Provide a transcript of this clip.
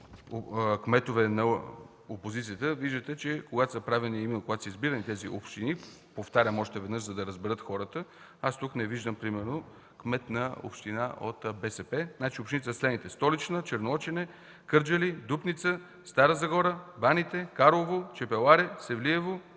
кметове на опозицията. Виждате, че когато са избирани тези общини, повтарям още веднъж, за да разберат хората, аз тук не виждам примерно кмет на община от БСП. Общините са следните: Столична, Черноочене, Кърджали, Дупница, Стара Загора, Баните, Карлово, Чепеларе, Севлиево,